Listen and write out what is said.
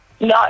No